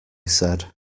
said